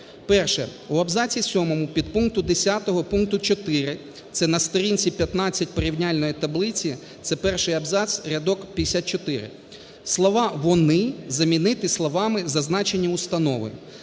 Перше. У абзаці сьомому підпункту 10 пункту 4 (це на сторінці 15 порівняльної таблиці, це перший абзац, рядок 54) слова "вони" замінити словами "зазначені установи".